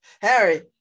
Harry